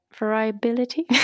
variability